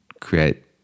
create